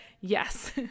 Yes